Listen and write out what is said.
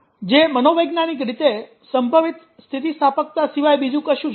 જે મનોવૈજ્ઞાનિક રીતે સંભવિત સ્થિતિસ્થાપકતા સિવાય બીજું કશું જ નથી